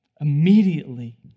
Immediately